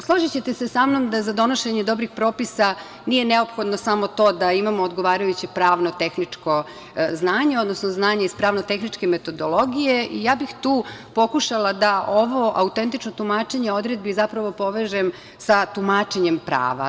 Složićete se sa mnom da za donošenje dobrih propisa nije neophodno samo to da imamo odgovarajuće pravnotehničko znanje, odnosno znanje iz pravnotehničke metodologije i ja bih tu pokušala da ovo autentično tumačenje odredbi zapravo povežem sa tumačenjem prava.